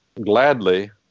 Gladly